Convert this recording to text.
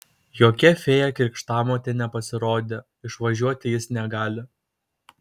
jokia fėja krikštamotė nepasirodė išvažiuoti jis negali